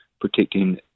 protecting